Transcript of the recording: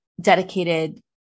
dedicated